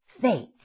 faith